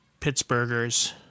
Pittsburghers